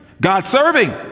God-serving